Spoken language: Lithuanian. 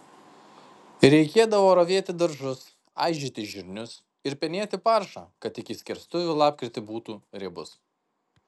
reikėdavo ravėti daržus aižyti žirnius ir penėti paršą kad iki skerstuvių lapkritį būtų riebus